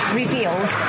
revealed